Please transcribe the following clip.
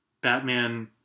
Batman